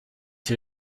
die